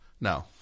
No